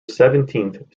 seventeenth